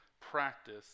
practice